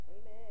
Amen